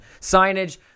signage